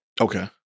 Okay